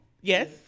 Yes